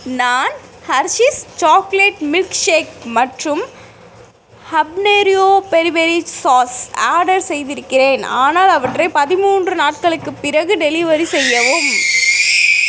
நான் Hershey's chocolate milk shake மற்றும் habanero peri peri sauce order செய்திருக்கிறேன் ஆனால் அவற்றை பதிமூன்று நாட்களுக்குப் பிறகு டெலிவரி செய்யவும்